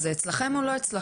אז זה אצלכם או לא אצלכם?